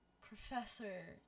Professor